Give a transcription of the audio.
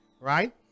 right